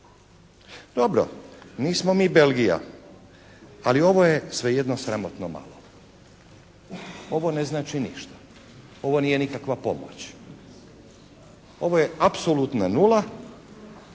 Dobro, nismo mi Belgija. Ali ovo je svejedno sramotno malo. Ovo ne znači ništa. Ovo nije nikakva pomoć. Ovo je apsolutna nula